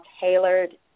tailored